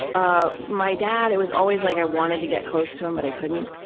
ah my dad, it was always like i wanted to get close to him but i couldn't,